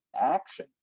action